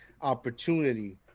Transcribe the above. opportunity